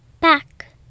back